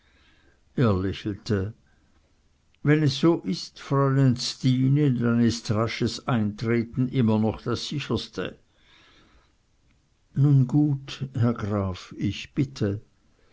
er lächelte wenn es so ist fräulein stine dann ist rasches eintreten immer noch das sicherste nun gut herr graf ich bitte